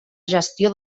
gestió